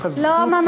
לא.